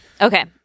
Okay